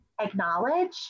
acknowledge